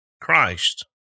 Christ